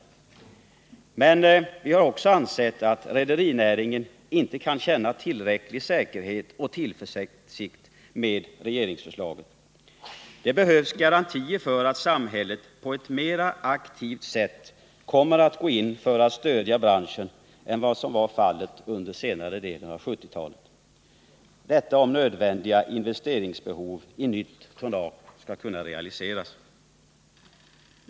Men vi har också ansett att rederinäringen inte kan känna tillräcklig säkerhet och tillförsikt med regeringsförslaget. Det behövs garantier för att samhället på ett mera aktivt sätt kommer att gå in för att stödja branschen än vad som var fallet under senare delen av 1970-talet, detta om nödvändiga investeringar i nytt tonnage skall kunna realiseras.